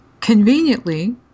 conveniently